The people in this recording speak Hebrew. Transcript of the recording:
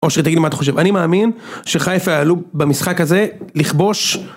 או שתגיד לי מה אתה חושב, אני מאמין שחיפה עלו במשחק הזה לכבוש